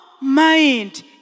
mind